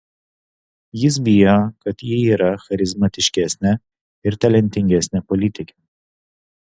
jis bijo kad ji yra charizmatiškesnė ir talentingesnė politikė